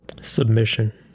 submission